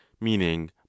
meaning